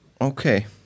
Okay